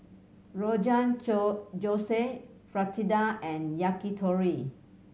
Rogan Josh Fritada and Yakitori